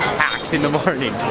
packed in the morning.